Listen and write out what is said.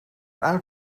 uit